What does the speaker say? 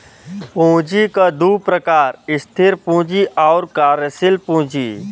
पूँजी क दू प्रकार स्थिर पूँजी आउर कार्यशील पूँजी